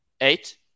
eight